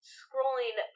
scrolling